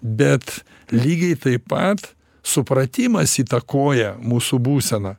bet lygiai taip pat supratimas įtakoja mūsų būseną